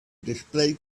display